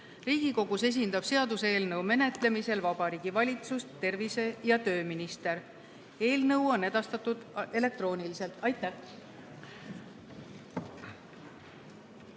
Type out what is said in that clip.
Riigikogus esindab seaduseelnõu menetlemisel Vabariigi Valitsust tervise- ja tööminister. Eelnõu on edastatud elektrooniliselt. Aitäh!